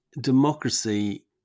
democracy